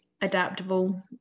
adaptable